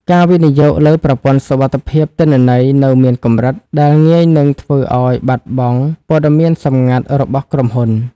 ការវិនិយោគលើប្រព័ន្ធសុវត្ថិភាពទិន្នន័យនៅមានកម្រិត ដែលងាយនឹងធ្វើឱ្យបាត់បង់ព័ត៌មានសម្ងាត់របស់ក្រុមហ៊ុន។